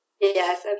Yes